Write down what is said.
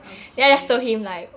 oh shit